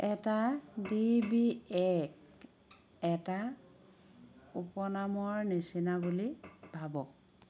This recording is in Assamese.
এটা ডি বি এক এটা উপনামৰ নিচিনা বুলি ভাবক